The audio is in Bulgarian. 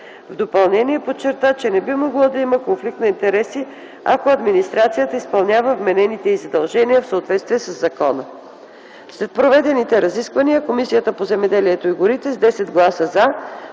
В допълнение подчерта, че не би могло да има конфликт на интереси, ако администрацията изпълнява вменените и задължения в съответствие със закона. След проведените разисквания Комисията по земеделието и горите с 10 гласа